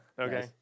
Okay